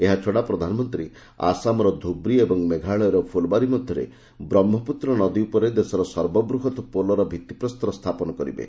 ଏହାଛଡା ପ୍ରଧାନମନ୍ତ୍ରୀ ଆସାମର ଧୁବ୍ରୀ ଏବଂ ମେଘାଳୟର ଫୁଲବାରୀ ମଧ୍ୟରେ ବ୍ରହ୍ମପୁତ୍ର ନଦୀ ଉପରେ ଦେଶର ସର୍ବବୃହତ ପୋଲର ଭିତ୍ତିପ୍ରସ୍ତର ସ୍ଥାପନ କରିବେ